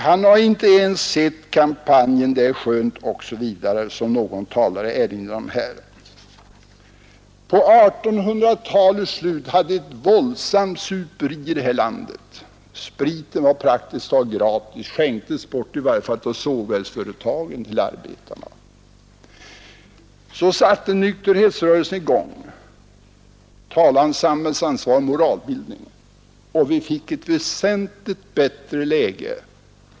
Han har inte ens sett kampanjen Öl är skönt, som någon erinrade om här. Vid 1800-talets slut var det ett våldsamt superi här i landet. Spriten fick man nästan gratis; den skänktes bort till arbetarna i varje fall på sågverksföretagen. Så satte nykterhetsrörelsen i gång. Det talades om samhällsansvar och moralbildning. Läget blev väsentligt bättre.